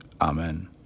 Amen